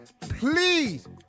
Please